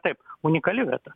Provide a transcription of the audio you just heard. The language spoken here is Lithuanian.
taip unikali vieta